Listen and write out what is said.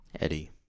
Eddie